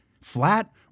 Flat